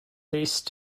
face